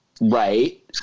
Right